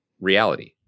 reality